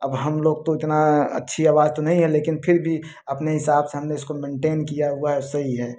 अब हम लोग तो इतना अच्छी आवाज़ तो नहीं है लेकिन फिर भी अपने हिसाब से हमने इसको मेन्टेन किया हुआ है सही है